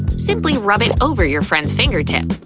simply rub it over your friend's fingertip,